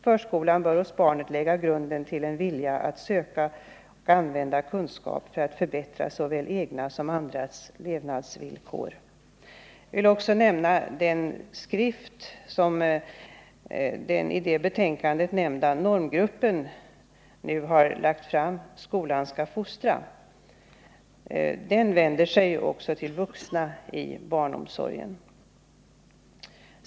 Förskolan bör hos barnet lägga grunden till en vilja att söka och använda kunskap för att förbättra såväl egna som andras levnadsvillkor.” Jag vill också nämna den skrift som den i det betänkandet nämnda normgruppen nu har lagt fram — Skolan skall fostra. Den vänder sig också till vuxna i barnomsorgen.